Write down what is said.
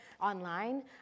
online